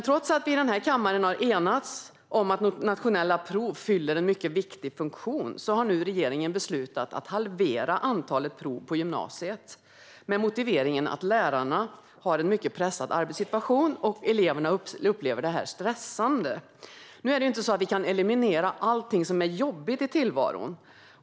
Trots att vi i denna kammare har enats om att nationella prov fyller en viktig funktion har regeringen nu beslutat att halvera antalet prov på gymnasiet med motiveringen att lärarna har en mycket pressad arbetssituation och att eleverna upplever dem som stressande. Men vi kan ju inte eliminera allt som är jobbigt i tillvaron.